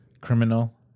criminal